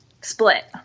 split